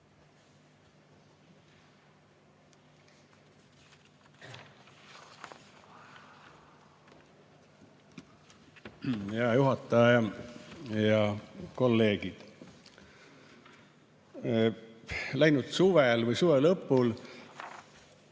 Hea juhataja ja kolleegid! Läinud suvel või suve lõpul